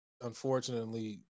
unfortunately